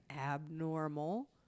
abnormal